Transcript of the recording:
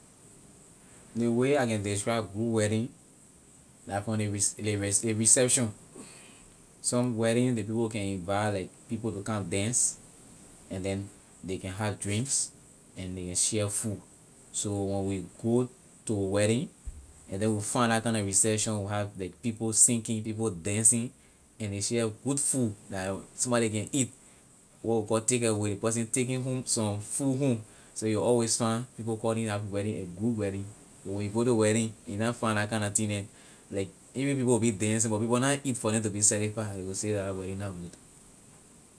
The way I can describe good wedding la from ley re- rec- reception some wedding ley people can invite like people to come dance and then they have drinks and they can share food so when we go to wedding and then we find la kind na reception we have like people singing people dancing and ley share good food la somebody can eat what we call takeaway ley person taking home some food home so you always find people calling la wedding a good wedding but when you go to wedding you na find la kind na thing neh like even people will be dancing but peope na eat for neh to be satisfy ley will say la wedding na good.